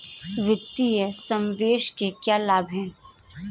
वित्तीय समावेशन के क्या लाभ हैं?